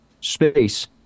space